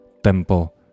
tempo